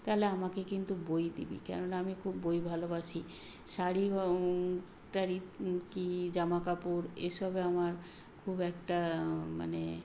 তাহলে আমাকে কিন্তু বই দিবি কেননা আমি খুব বই ভালোবাসি শাড়ি টাড়ি কী জামা কাপড় এ সবে আমার খুব একটা মানে